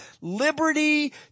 liberty